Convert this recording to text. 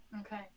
Okay